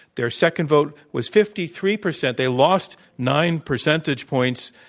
their second vote was fifty three percent. they lost nine percentage points.